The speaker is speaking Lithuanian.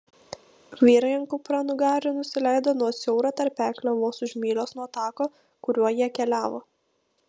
vyrai ant kupranugarių nusileido nuo siauro tarpeklio vos už mylios nuo tako kuriuo jie keliavo